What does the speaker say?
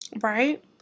right